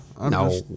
No